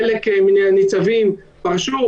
חלק מן הניצבים פרשו,